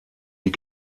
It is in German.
die